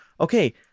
okay